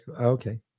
okay